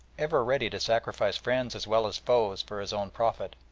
ever ready to sacrifice friends as well as foes for his own profit,